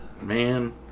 Man